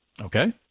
Okay